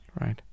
Right